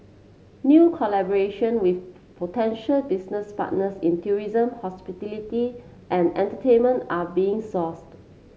new collaboration with potential business partners in tourism hospitality and entertainment are being sought